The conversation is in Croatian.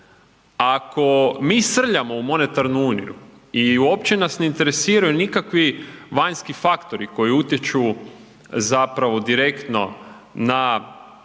Ako mi srljamo u monetarnu uniju i uopće nas ne interesiraju nikakvi vanjski faktori koji utječu direktno na